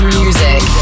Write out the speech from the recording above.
music